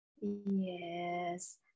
Yes